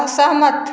असहमत